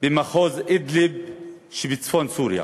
במחוז אידליב שבצפון סוריה.